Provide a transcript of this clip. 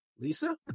Lisa